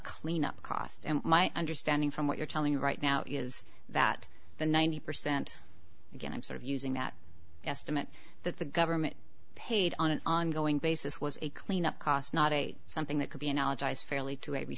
cleanup cost and my understanding from what you're telling right now is that the ninety percent again i'm sort of using that estimate that the government paid on an ongoing basis was a clean up cost not ate something that could be analogized fairly to a